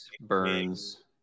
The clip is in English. Burns